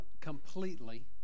completely